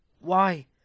Why